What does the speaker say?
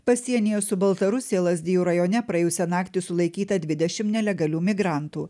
pasienyje su baltarusija lazdijų rajone praėjusią naktį sulaikyta dvidešim nelegalių migrantų